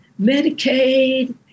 Medicaid